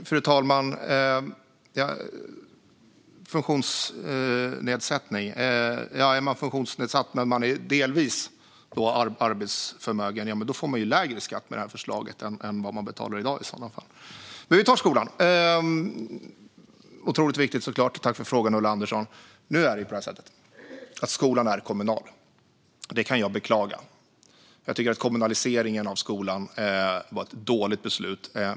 Fru talman! Är man funktionsnedsatt men delvis arbetsförmögen får man lägre skatt med detta förslag än i dag. Skolan är såklart otroligt viktig, och jag tackar Ulla Andersson för frågan. Nu är det på det sättet att skolan är kommunal. Det kan jag beklaga. Jag tycker att kommunaliseringen av skolan var ett dåligt beslut.